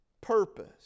purpose